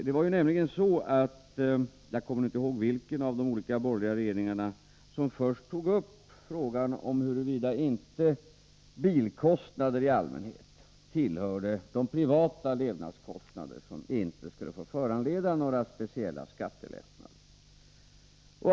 Jag kommer nu inte ihåg vilken av de borgerliga regeringarna det var som först tog upp frågan huruvida inte bilkostnader i allmänhet tillhörde de privata levnadskostnader som inte skulle få medföra några speciella skattelättnader.